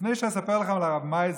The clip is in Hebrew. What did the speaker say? לפני שאספר לכם על הרב מייזל,